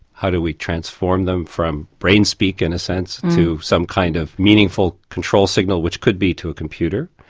how do we transform them from brainspeak in a sense to some kind of meaningful control signal which could be to a computer.